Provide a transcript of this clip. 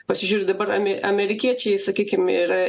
pasižiūri dabar ame amerikiečiai sakykim ir